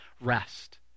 rest